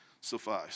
suffice